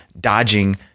dodging